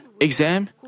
exam